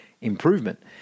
improvement